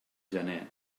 gener